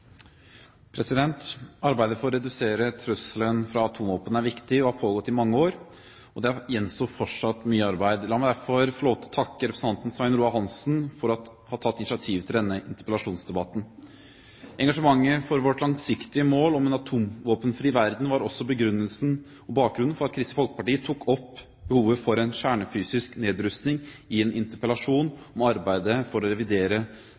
viktig og har pågått i mange år, og det gjenstår fortsatt mye arbeid. La meg derfor få lov til å takke representanten Svein Roald Hansen for å ha tatt initiativet til denne interpellasjonsdebatten. Engasjementet for vårt langsiktige mål om en atomvåpenfri verden var også begrunnelsen og bakgrunnen for at Kristelig Folkeparti tok opp behovet for en kjernefysisk nedrustning i en interpellasjon om arbeidet for å revidere